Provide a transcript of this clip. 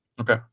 Okay